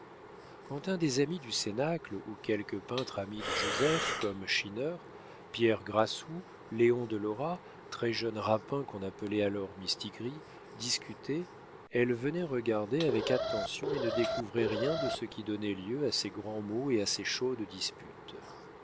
quand un des amis du cénacle ou quelque peintre ami de joseph comme schinner pierre grassou léon de lora très-jeune rapin qu'on appelait alors mistigris discutaient elle venait regarder avec attention et ne découvrait rien de ce qui donnait lieu à ces grands mots et à ces chaudes disputes